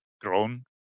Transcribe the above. grown